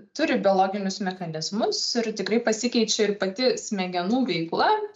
turi biologinius mechanizmus ir tikrai pasikeičia ir pati smegenų veikla